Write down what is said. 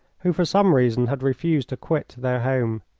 who for some reason had refused to quit their home.